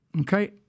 okay